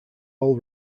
all